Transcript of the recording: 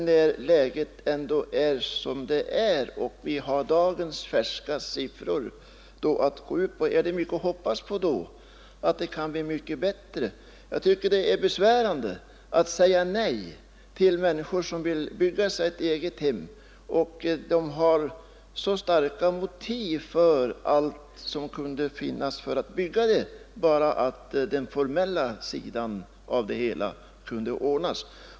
Då läget är som det är och vi har dagens färska siffror att gå ut ifrån kan man inte räkna med att det så snart skall bli mycket bättre. Jag tycker det är besvärande att säga nej till människor som vill bygga sig ett eget hem och har starka motiv för att bygga det, om bara den formella sidan kan ordnas.